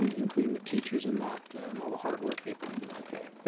including the teachers and that and all the hard work they put into that day.